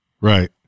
Right